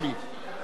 אני מנסה לעזור.